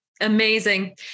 Amazing